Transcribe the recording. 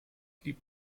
lieb